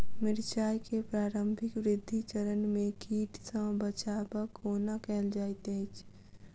मिर्चाय केँ प्रारंभिक वृद्धि चरण मे कीट सँ बचाब कोना कैल जाइत अछि?